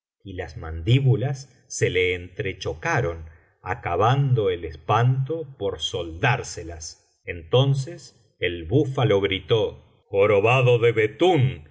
y las mandíbulas se le entrechocaron acabando el espanto por soldárselas entonces el búfalo gritó jorobado de betún no